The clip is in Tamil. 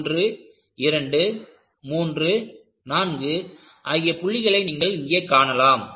ஒன்று இரண்டு மூன்று நான்கு ஆகிய புள்ளிகளை நீங்கள் இங்கே காணலாம்